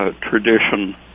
tradition